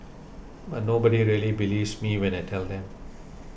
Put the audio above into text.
but nobody really believes me when I tell them